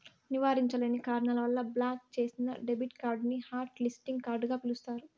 నివారించలేని కారణాల వల్ల బ్లాక్ చేసిన డెబిట్ కార్డుని హాట్ లిస్టింగ్ కార్డుగ పిలుస్తారు